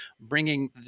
bringing